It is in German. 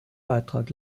beitrag